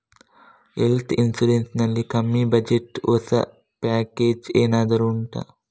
health insurance ನಲ್ಲಿ ಕಮ್ಮಿ budget ನ ಹೊಸ ಪ್ಯಾಕೇಜ್ ಏನಾದರೂ ಉಂಟಾ